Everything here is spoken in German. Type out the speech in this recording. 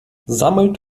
sammelt